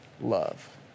love